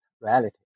reality